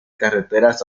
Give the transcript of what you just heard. carreteras